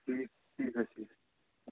تُلِو ٹھیٖک حظ ٹھیٖک